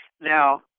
Now